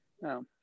No